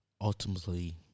ultimately